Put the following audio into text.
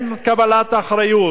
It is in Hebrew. אין לקיחת אחריות.